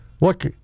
Look